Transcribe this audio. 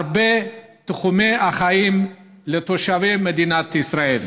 בהרבה מתחומי החיים לתושבי מדינת ישראל.